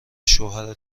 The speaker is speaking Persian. شوهر